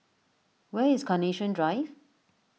where is Carnation Drive